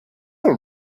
all